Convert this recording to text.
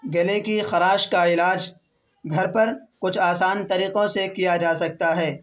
گلے کی خراش کا علاج گھر پر کچھ آسان طریقوں سے کیا جا سکتا ہے